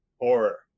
horror